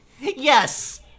Yes